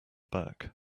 back